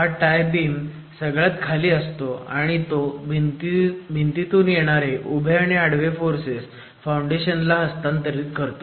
हा tie beam सगळ्यात खाली असतो आणि तो भिंतीतून येणारे उभे आणि आडवे फोर्सेस फाउंडेशन ला हस्तांतरित करतो